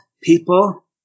people